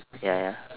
ya ya